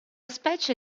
specie